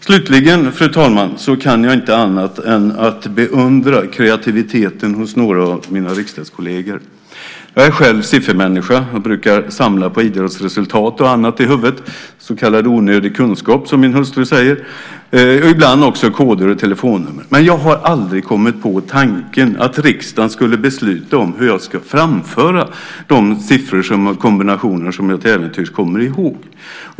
Slutligen, fru talman, kan jag inte annat än att beundra kreativiteten hos några av mina riksdagskolleger. Jag är själv siffermänniska. Jag brukar samla på idrottsresultat och annat i huvudet. Det är så kallad onödig kunskap, som min hustru säger. Ibland samlar jag också på koder och telefonnummer. Men jag har aldrig kommit på tanken att riksdagen skulle besluta om hur jag ska framföra de siffror och sifferkombinationer som jag till äventyrs kommer ihåg.